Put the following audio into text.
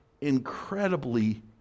incredibly